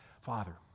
Father